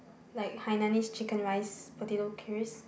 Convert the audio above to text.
like Hainanese Chicken Rice potato crips